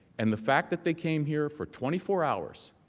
and the fact that they came here for twenty four hours